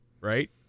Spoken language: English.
right